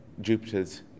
Jupiter's